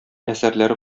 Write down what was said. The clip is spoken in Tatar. әсәрләре